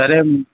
సరే